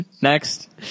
Next